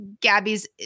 Gabby's